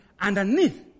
underneath